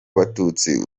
abatutsi